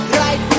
right